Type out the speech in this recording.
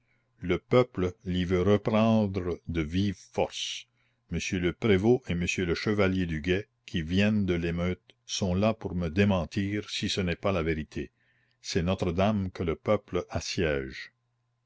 le peuple l'y veut reprendre de vive force monsieur le prévôt et monsieur le chevalier du guet qui viennent de l'émeute sont là pour me démentir si ce n'est pas la vérité c'est notre-dame que le peuple assiège